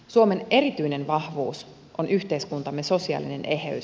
suomen erityinen vahvuus on yhteiskuntamme sosiaalinen eheys